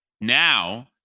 Now